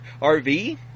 RV